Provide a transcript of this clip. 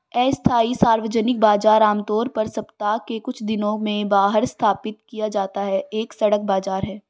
अस्थायी सार्वजनिक बाजार, आमतौर पर सप्ताह के कुछ दिनों में बाहर स्थापित किया जाता है, एक सड़क बाजार है